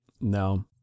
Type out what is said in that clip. No